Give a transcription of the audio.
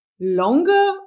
longer